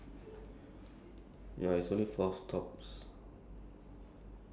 if train have ah if train you must transfer at Bishan